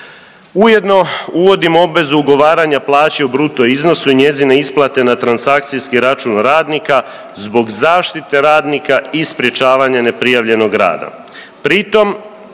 Ujedno uvodimo obvezu ugovaranja plaće u bruto iznosu i njezine isplate na transakcijski račun radnika zbog zaštite radnika i sprječavanja neprijavljenog rada